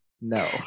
no